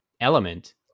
element